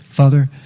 Father